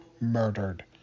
murdered